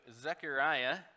Zechariah